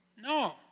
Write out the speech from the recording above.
No